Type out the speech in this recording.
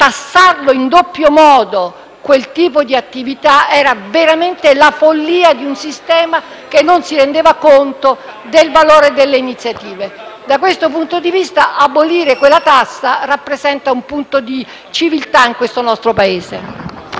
Tassare in doppio modo quel tipo di attività era veramente la follia di un sistema che non si rendeva conto del valore delle iniziative. Da questo punto di vista, l'abolizione di questa tassa rappresenta un punto di civiltà nel nostro Paese.